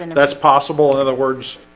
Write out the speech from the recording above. and that's possible in other words